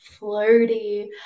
floaty